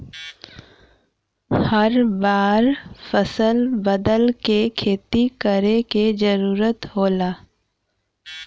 हर बार फसल बदल के खेती करे क जरुरत होला